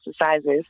exercises